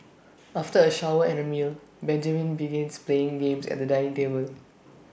after A shower and A meal Benjamin begins playing games at the dining table